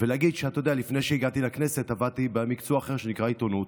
להגיד שלפני שהגעתי לכנסת עבדתי במקצוע אחר שנקרא עיתונות.